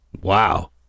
Wow